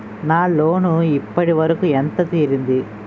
నా లోన్ ఇప్పటి వరకూ ఎంత తీరింది?